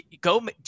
go